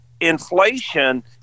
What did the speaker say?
inflation